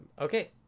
Okay